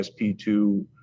SP2